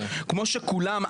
כמו שכולם,